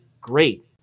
Great